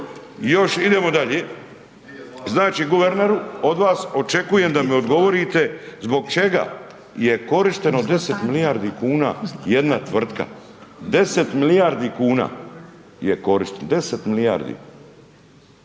Idemo dalje. Znači guverneru od vas očekujem da mi odgovorite zbog čega je korišteno 10 milijardi kuna jedna tvrtka 10 milijardi kuna, je korišteno 10 milijardi